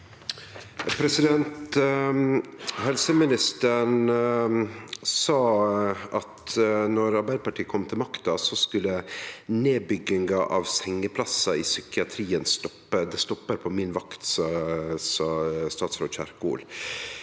Helseministeren sa at når Arbeidarpartiet kom til makta, skulle nedbygginga av sengeplassar i psykiatrien stoppe. Det stoppar på vår vakt, sa statsråd Kjerkol.